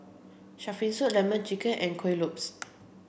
shark fin soup lemon chicken and Kuih Lopes